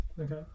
Okay